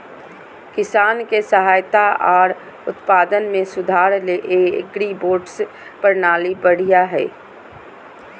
किसान के सहायता आर उत्पादन में सुधार ले एग्रीबोट्स प्रणाली बढ़िया हय